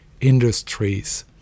industries